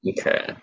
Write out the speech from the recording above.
okay